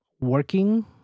working